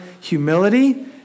humility